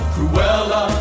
Cruella